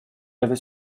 avait